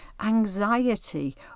anxiety